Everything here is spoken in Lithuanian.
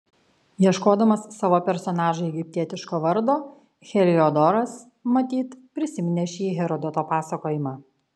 ieškodamas savo personažui egiptietiško vardo heliodoras matyt prisiminė šį herodoto pasakojimą